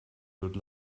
good